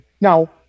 Now